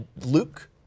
Luke